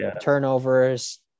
turnovers